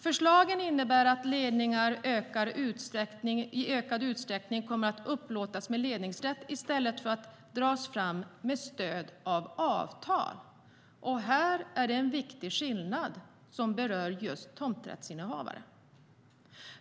Förslagen innebär att ledningar i ökad utsträckning kommer att upplåtas med ledningsrätt i stället för att dras fram med stöd av avtal. Här är en viktig skillnad som berör just tomträttshavare.